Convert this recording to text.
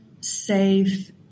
safe